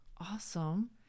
awesome